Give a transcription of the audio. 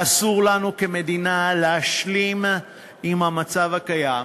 ואסור לנו כמדינה להשלים עם המצב הקיים,